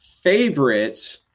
favorite